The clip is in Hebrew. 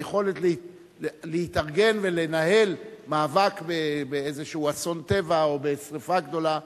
היכולת להתארגן ולנהל מאבק באיזה אסון טבע או בשרפה גדולה,